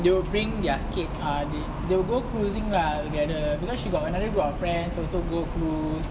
they will bring their kids uh they go cruising lah together because she got another group of friends also go cruise